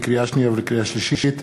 לקריאה שנייה ולקריאה שלישית,